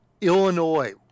Illinois